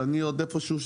שאני עוד איפשהו,